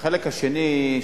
החלק השני,